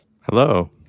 Hello